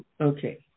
Okay